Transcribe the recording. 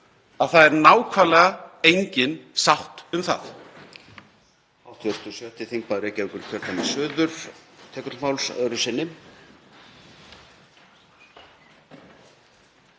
að það er nákvæmlega engin sátt um það.